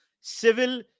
civil